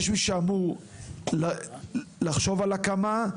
מישהו אמור לחשוב על ההקמה,